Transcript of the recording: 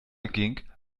ging